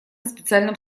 специальном